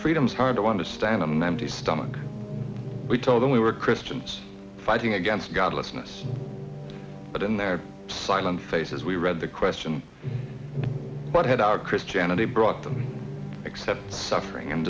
freedom's hard to understand i'm empty stomach we told them we were christians fighting against godlessness but in their silent face as we read the question what had our christianity brought them except suffering and